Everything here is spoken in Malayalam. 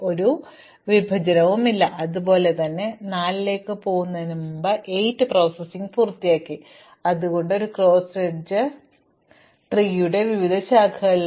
അതിനാൽ 7 8 4 ഇടവേളകളിൽ ഒരു വിഭജനവുമില്ല അതുപോലെ തന്നെ ഞങ്ങൾ 4 ലേക്ക് പോകുന്നതിനുമുമ്പ് 8 പ്രോസസ്സിംഗ് പൂർത്തിയാക്കി അതുകൊണ്ടാണ് ഇത് ഒരു ക്രോസ് എഡ്ജ് അവ മരത്തിന്റെ വിവിധ ശാഖകളിലാണ്